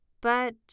But